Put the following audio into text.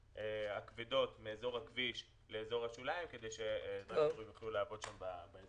הכבדות מאזור הכביש לאזור השוליים כדי שטרקטורים יוכלו לעבוד שם.